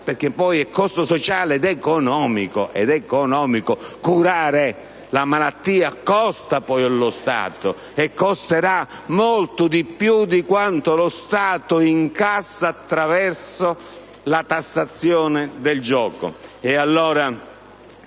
La malattia è costo sociale ed economico: curare la malattia costa allo Stato e costerà molto di più di quanto lo Stato incassa attraverso la tassazione del gioco.